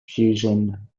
fusion